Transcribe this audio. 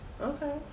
Okay